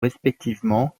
respectivement